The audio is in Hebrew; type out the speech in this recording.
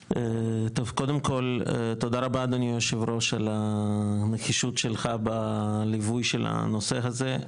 קודם כל תודה רבה אדוני היו"ר על הנחישות שלך בליווי של הנושא הזה,